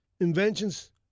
inventions